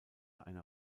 einer